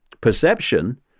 perception